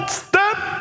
step